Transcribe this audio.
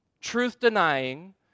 Truth-denying